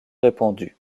répandus